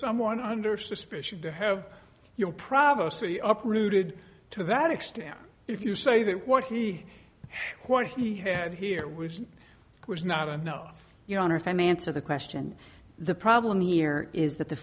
someone under suspicion to have your privacy up rooted to that extent if you say that what he what he had here which was not enough your honor financer the question the problem here is that the